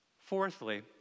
Fourthly